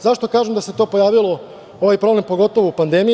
Zašto kaže da se to pojavilo, ovaj problem, pogotovo u pandemiji?